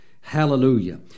Hallelujah